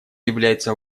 является